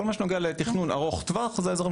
כל מה שנוגע לתכנון ארוך-טווח זה האזורים